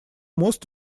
мост